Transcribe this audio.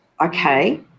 okay